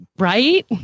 Right